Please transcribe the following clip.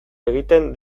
egiten